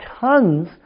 tons